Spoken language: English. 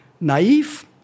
naive